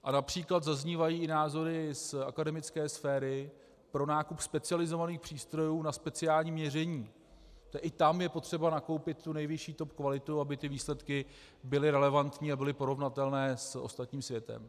A například zaznívají i názory z akademické sféry pro nákup specializovaných přístrojů na speciální měření, protože i tam je potřeba nakoupit tu nejvyšší top kvalitu, aby výsledky byly relevantní a byly porovnatelné s ostatním světem.